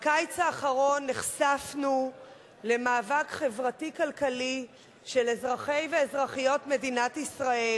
בקיץ האחרון נחשפנו למאבק חברתי-כלכלי של אזרחי ואזרחיות מדינת ישראל,